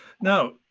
Now